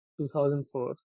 2004